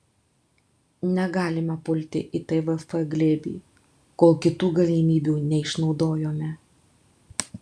negalima pulti į tvf glėbį kol kitų galimybių neišnaudojome